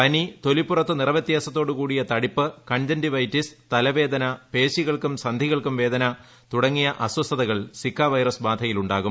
പനി തൊലിപ്പുറത്ത് നിറവൃത്യാസത്തോടു കൂടിയ തടിപ്പ് കൺജംഗ്റ്റിവൈറ്റിസ് തലവേദന പേശി സന്ധി വേദന തുടങ്ങിയ അസ്വസ്ഥതകൾ സിക്ക വൈറസ് ബാധയിൽ ഉണ്ടാകും